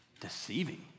Deceiving